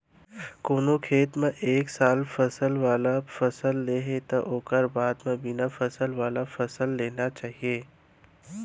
कोनो खेत म एक साल फर वाला फसल ले हे त ओखर बाद म बिना फल वाला फसल लेना चाही